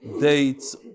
dates